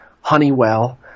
Honeywell